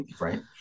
right